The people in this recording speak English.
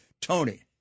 Tony